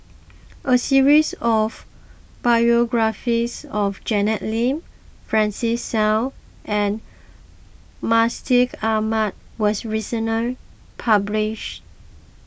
a series of biographies of Janet Lim Francis Seow and Mustaq Ahmad was recently published